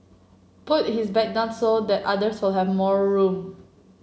put his bag down so that others have more room